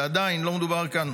ועדיין, לא מדובר כאן